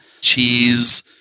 cheese